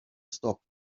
stopped